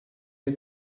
you